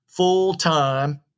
full-time